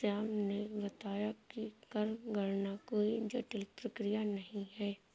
श्याम ने बताया कि कर गणना कोई जटिल प्रक्रिया नहीं है